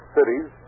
cities